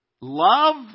love